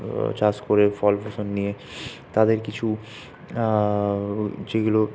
চাষ করে ফল ফসল নিয়ে তাদের কিছু যেগুলো